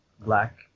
black